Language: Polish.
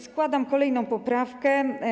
Składam kolejną poprawkę.